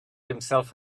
himself